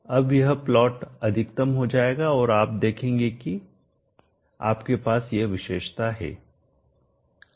अब यह प्लॉट अधिकतम हो जाएगा और आप देखेंगे कि आपके पास यह विशेषता है